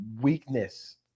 weakness